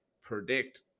predict